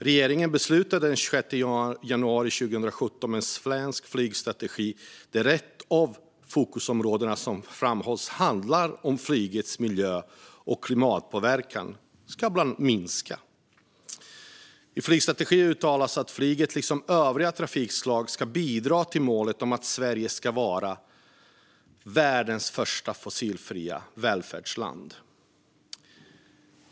Regeringen beslutade den 26 januari 2017 om en svensk flygstrategi där ett av de fokusområden som framhålls handlar om hur flygets miljö och klimatpåverkan ska minska. I flygstrategin uttalas att flyget liksom övriga trafikslag ska bidra till målet att Sverige ska vara världens första fossilfria välfärdsland.